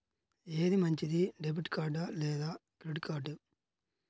ఏది మంచిది, debit card లేదా క్రెడిట్ కార్డ్?